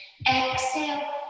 exhale